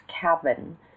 cabin